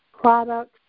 products